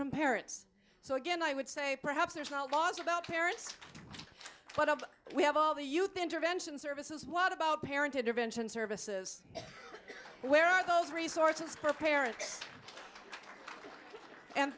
from parents so again i would say perhaps there are laws about parents put up we have all the youth intervention services what about parent intervention services where are those resources per parent and